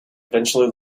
eventually